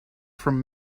from